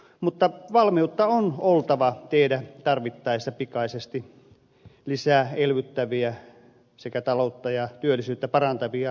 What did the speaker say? mutta valmiutta on oltava tehdä tarvittaessa pikaisesti lisää elvyttäviä sekä taloutta ja työllisyyttä parantavia toimia